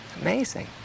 amazing